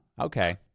Okay